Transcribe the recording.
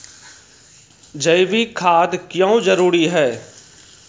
जैविक खाद क्यो जरूरी हैं?